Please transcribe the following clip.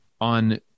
on